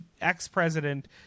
ex-president